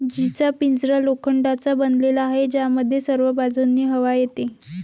जीचा पिंजरा लोखंडाचा बनलेला आहे, ज्यामध्ये सर्व बाजूंनी हवा येते